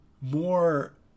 more